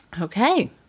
Okay